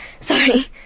Sorry